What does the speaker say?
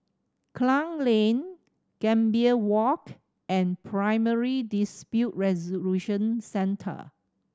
Klang Lane Gambir Walk and Primary Dispute Resolution Centre